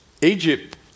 Egypt